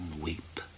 weep